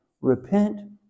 repent